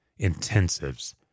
intensives